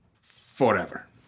Forever